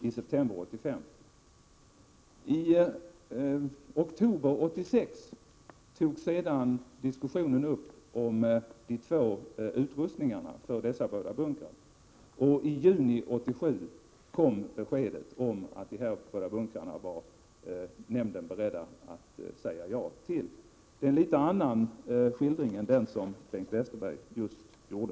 I oktober 1986 togs sedan diskussionen upp om de två utrustningarna för dessa båda bunkrar, och i juni 1987 kom beskedet om att nämnden var beredd att säga ja till dessa båda bunkrar. Det är en något annorlunda skildring än den som Bengt Westerberg gjorde.